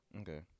Okay